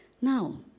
Now